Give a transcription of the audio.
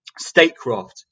statecraft